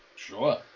Sure